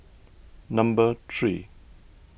number three